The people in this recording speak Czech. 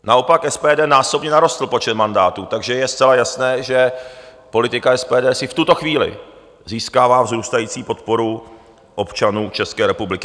Naopak SPD násobně narostl počet mandátů, takže je zcela jasné, že politika SPD si v tuto chvíli získává vzrůstající podporu občanů České republiky.